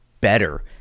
better